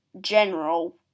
general